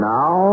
now